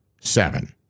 seven